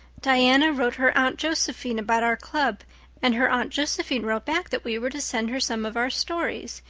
diana wrote her aunt josephine about our club and her aunt josephine wrote back that we were to send her some of our stories.